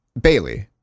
Bailey